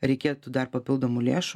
reikėtų dar papildomų lėšų